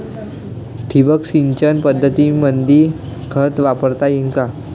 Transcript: ठिबक सिंचन पद्धतीमंदी खत वापरता येईन का?